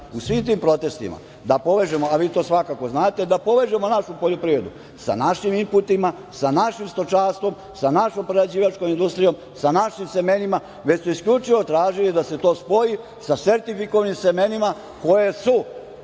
U svim tim protestima, da povežemo, a vi to svakako znate. Da povežemo našu poljoprivredu sa našim inputima, sa našim stočarstvom, sa našom prerađivačkom industrijom, sa našim semenima, već su isključivo tražili da se to spoji sa sertifikovanim semenima koja su